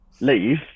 leave